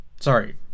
Sorry